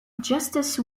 justice